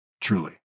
truly